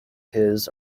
his